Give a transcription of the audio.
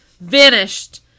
Vanished